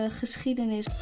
geschiedenis